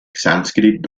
sànscrit